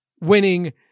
winning